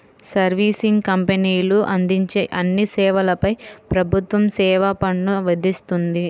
servicing కంపెనీలు అందించే అన్ని సేవలపై ప్రభుత్వం సేవా పన్ను విధిస్తుంది